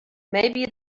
maybe